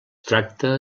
tracta